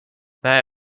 nej